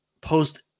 post